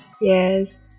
Yes